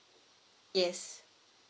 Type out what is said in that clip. yes